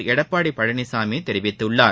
எடப்பாடி பழனிசாமி தெரிவித்துள்ளார்